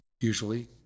usually